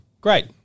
great